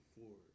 forward